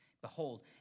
Behold